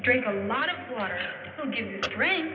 drink a lot of rain